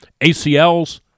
ACLs